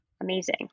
Amazing